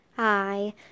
Hi